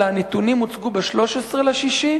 אלא הנתונים הוצגו ב-13 ביוני,